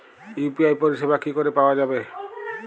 UPI পরিষেবা কি করে পাওয়া যাবে?